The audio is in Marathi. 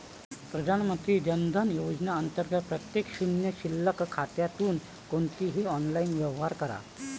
प्रधानमंत्री जन धन योजना अंतर्गत प्रत्येक शून्य शिल्लक खात्यातून कोणतेही ऑनलाइन व्यवहार करा